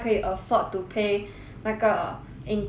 那个 intern 的 salary leh